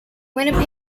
winnipeg